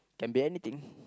can be anything